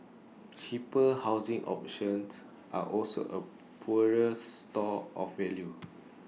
cheaper housing options are also A poorer store of value